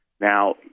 Now